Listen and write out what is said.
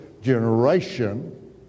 generation